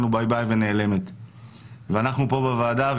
תודה לגלעד לוועדה,